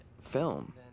film